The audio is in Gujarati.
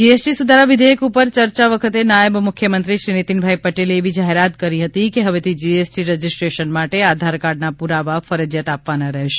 જીએસટી સુધારાવિધેયક ઉપર ચર્ચા વખતે નાયબ મુખ્યમંત્રીશ્રી નીતીનભાઈ પટેલે એવી જાહેરાત કરી હતી કે હવેથી જીએસટી રજિસ્ટ્રેશન માટે આધારકાર્ડના પુરાવા ફરજિયાત આપવાના રહેશે